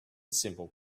simple